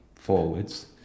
forwards